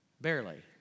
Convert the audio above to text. barely